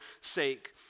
sake